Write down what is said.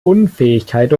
unfähigkeit